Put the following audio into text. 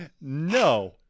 no